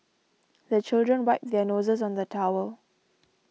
the children wipe their noses on the towel